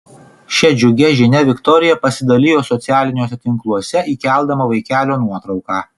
šia džiugia žinia viktorija pasidalijo socialiniuose tinkluose įkeldama vaikelio nuotrauką